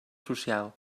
social